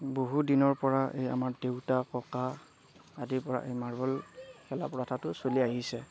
বহুদিনৰ পৰা এই আমাৰ দেউতা ককা আদিৰ পৰা এই মাৰ্বল খেলা প্ৰথাটো চলি আহিছে